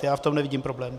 Já v tom nevidím problém.